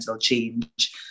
change